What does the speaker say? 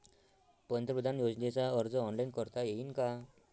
पंतप्रधान योजनेचा अर्ज ऑनलाईन करता येईन का?